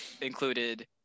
included